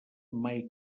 mai